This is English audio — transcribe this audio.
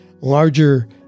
larger